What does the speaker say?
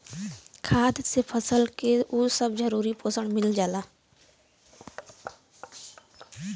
खाद से फसल के सब जरूरी पोषक चीज मिल जाला